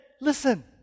listen